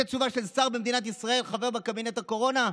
זו תשובה של שר במדינת ישראל, חבר בקבינט הקורונה?